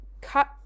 cut